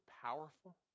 powerful